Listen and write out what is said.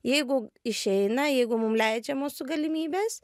jeigu išeina jeigu mum leidžia mūsų galimybės